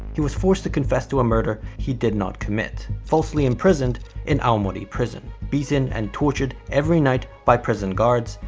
he was forced to confess to a murder he did not commit. falsely imprisoned in aomori prison, beaten and tortured every night by prison guards,